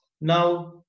Now